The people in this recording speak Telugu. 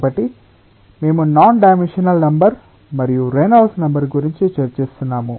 కాబట్టి మేము నాన్ డైమెన్షనల్ నెంబర్ మరియు రేనాల్డ్స్ నెంబర్ గురించి చర్చిస్తున్నాము